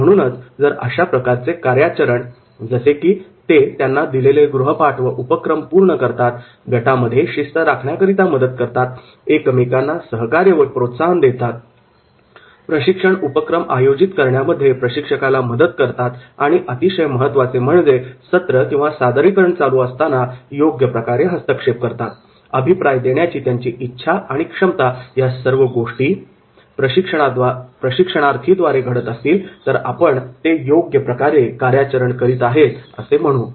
म्हणूनच जर अशा प्रकारचे कार्याचरण जसे की ते त्यांना दिलेले गृहपाठ व उपक्रम पूर्ण करतात गटामध्ये शिस्त राखण्याकरिता मदत करतात एकमेकांना सहकार्य व प्रोत्साहन देतात प्रशिक्षण उपक्रम आयोजित करण्यामध्ये प्रशिक्षकाला मदत करतात आणि अतिशय महत्त्वाचे म्हणजे सत्र किंवा सादरीकरण चालू असताना योग्य प्रकारे हस्तक्षेप करतात अभिप्राय देण्याची त्यांची इच्छा आणि क्षमता या सर्व गोष्टी जर प्रशिक्षणार्थी द्वारे घडत असतील तर आपण ते योग्य प्रकारे कार्याचरण करीत आहेत असे आपण म्हणू